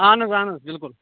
اَہَن حظ اَہَن حظ بِلکُل